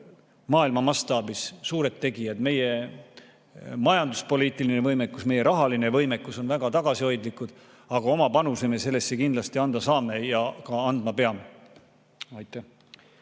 maailma mastaabis suured tegijad. Meie majanduspoliitiline võimekus ja meie rahaline võimekus on väga tagasihoidlikud, aga oma panuse me sellesse kindlasti anda saame ja ka andma peame. Jah,